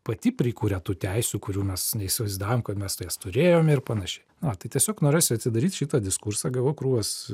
pati prikuria tų teisių kurių mes neįsivaizdavom kad mes jas turėjom ir panašiai na tai tiesiog norisi atsidaryti šitą diskursą gavau krūvas